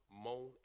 moan